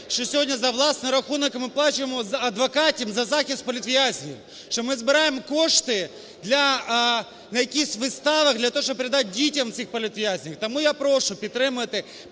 що сьогодні за власний рахунок ми платимо адвокатам за захист політв'язнів, що ми збираємо кошти на якісь виставах для того, щоб передати дітям цих політв'язнів. Тому я прошу підтримати